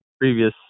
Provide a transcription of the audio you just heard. Previous